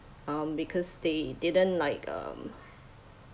um because they didn't like um